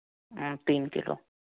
तीन किलो